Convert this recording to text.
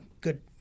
good